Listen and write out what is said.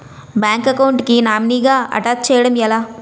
Bank account కి nominee గా attach చేయడం ఎలా?